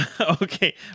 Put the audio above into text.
Okay